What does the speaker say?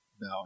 No